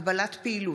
הגבלת פעילות),